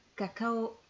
cacao